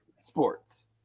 sports